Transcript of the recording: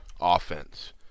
offense